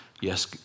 Yes